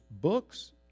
books